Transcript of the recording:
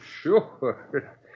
Sure